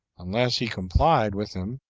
unless he complied with him,